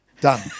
Done